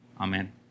Amen